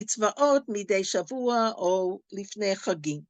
‫נצבעות מדי שבוע או לפני חגים.